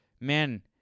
Man